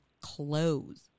close